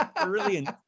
brilliant